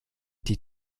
die